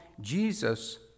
Jesus